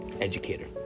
educator